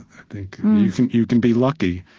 i think you can you can be lucky,